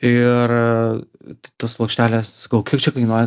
ir t tos plokštelės sakau kiek čia kainuoja